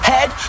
Head